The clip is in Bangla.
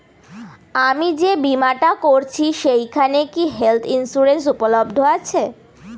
আমি যে বীমাটা করছি সেইখানে কি হেল্থ ইন্সুরেন্স উপলব্ধ আছে?